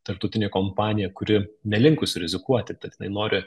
tarptautinė kompanija kuri nelinkus rizikuoti tad jinai nori